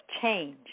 change